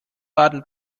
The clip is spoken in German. baden